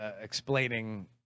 explaining